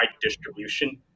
distribution